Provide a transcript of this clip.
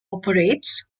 operates